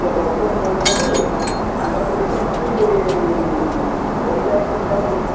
ଇଏ ଡ଼କ୍ଟର କହିଛନ୍ତି ତାଙ୍କର ଟିକେ ଗ୍ୟାଷ୍ଟିକ୍ ବଢ଼ିଯାଇଛି ତେଣୁ